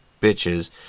bitches